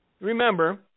remember